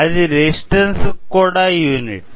అది రెసిస్టన్స్ కి కూడా యూనిట్